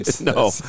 No